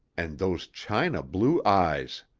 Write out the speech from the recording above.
and those china-blue eyes!